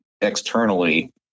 externally